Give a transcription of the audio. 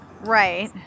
Right